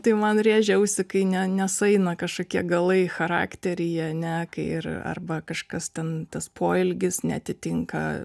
tai man rėžia ausį kai ne nesueina kažkokie galai charakteryje ane kai ir arba kažkas ten tas poelgis neatitinka